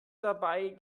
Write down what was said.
dabei